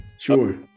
sure